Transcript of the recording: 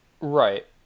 Right